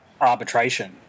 arbitration